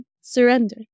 Surrender